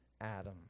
Adam